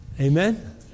Amen